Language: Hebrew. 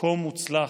כה מוצלח,